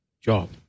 job